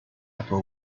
upper